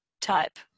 type